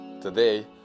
Today